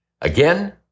Again